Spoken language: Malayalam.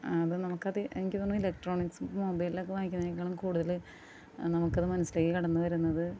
അത് നമുക്കത് എനിക്ക് തോന്നുന്നു ഇലക്ട്രോണിക്സ് മൊബൈലിലൊക്കെ വായിക്കുന്നതിനേക്കാൾ കൂടുതൽ നമുക്കത് മനസ്സിലേക്ക് കടന്നുവരുന്നത്